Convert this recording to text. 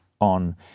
on